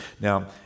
Now